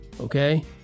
okay